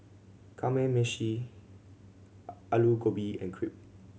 Kamameshi Alu Gobi and Crepe